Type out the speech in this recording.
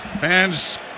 Fans